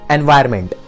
Environment